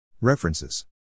References